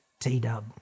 T-Dub